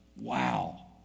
Wow